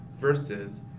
versus